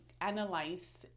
analyze